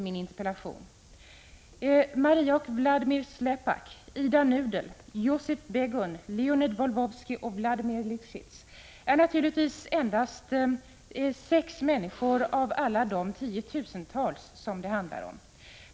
Maria och Vladimir Slepak, Ida Nudel, Yosif Begun, Leonid Volvovsky och Vladimir Lifschitz är naturligtvis endast sex av alla de tiotusentals människor som det handlar om.